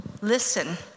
Listen